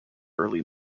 early